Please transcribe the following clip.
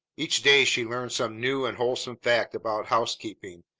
each day she learned some new and wholesome fact about housekeeping,